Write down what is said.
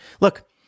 Look